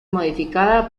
modificada